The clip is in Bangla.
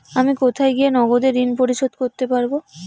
আমি কোথায় গিয়ে নগদে ঋন পরিশোধ করতে পারবো?